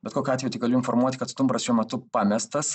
bet kokiu atveju tik galiu informuoti kad stumbras šiuo metu pamestas